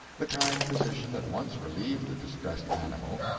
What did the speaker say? the kind physician at once relieved the distressed animal,